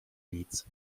nic